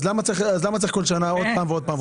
אז למה צריך כל שנה עוד פעם ועוד פעם,